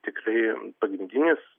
tikrai ir pagrindinis